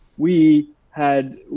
we had,